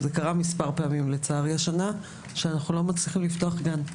לצערי זה קרה מספר פעמים השנה שאנחנו לא מצליחים לפתוח גן.